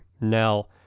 Now